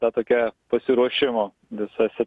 ta tokia pasiruošimo visose